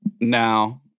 now